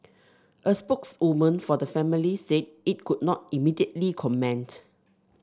a spokeswoman for the family said it could not immediately comment